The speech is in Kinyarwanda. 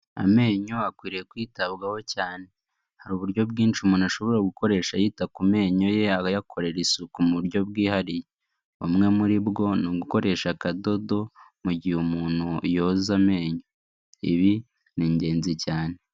Amenyo akwiriye kwitabwaho cyane, hari uburyo bwinshi umuntu ashobora gukoresha yita ku menyo ye, aba ayakorera isuku mu buryo bwihariye, bumwe muri bwo ni ugukoresha akadodo, mu gihe umuntu yoza amenyo, ibi ni ingenzi cyane.